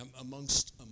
amongst